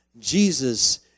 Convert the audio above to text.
Jesus